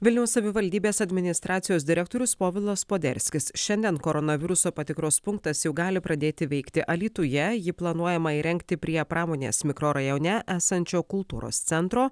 vilniaus savivaldybės administracijos direktorius povilas poderskis šiandien koronaviruso patikros punktas jau gali pradėti veikti alytuje jį planuojama įrengti prie pramonės mikrorajone esančio kultūros centro